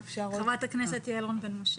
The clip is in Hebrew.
חברת הכנסת יעל רון בן משה.